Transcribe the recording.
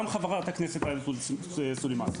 גם חברת הכנסת עאידה תומא סלימאן.